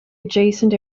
adjacent